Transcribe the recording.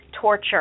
torture